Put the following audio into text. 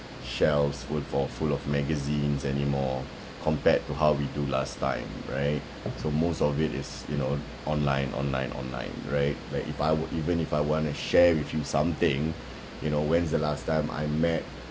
shelves full of full of magazines anymore compared to how we do last time right so most of it is you know online online online right like if I w~ even if I want to share with you something you know when's the last time I met